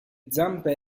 zampe